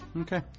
Okay